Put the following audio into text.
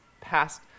past